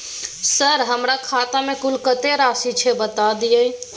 Sir हमरा खाता में कुल कत्ते राशि छै बता दिय?